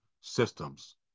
systems